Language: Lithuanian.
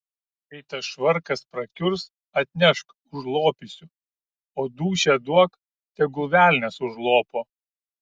kai tas švarkas prakiurs atnešk užlopysiu o dūšią duok tegul velnias užlopo